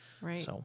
Right